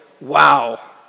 wow